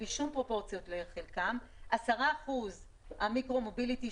בלי שום פרופורציות לחלקם 10% מיקרו-מוביליטי,